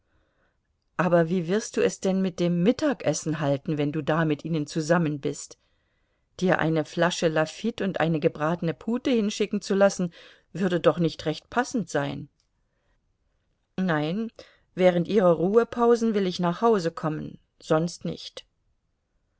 aber wie wirst du es denn mit dem mittagessen halten wenn du da mit ihnen zusammen bist dir eine flasche lafitte und eine gebratene pute hinschicken zu lassen würde doch nicht recht passend sein nein während ihrer ruhepausen will ich nach hause kommen sonst nicht